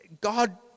God